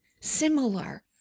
similar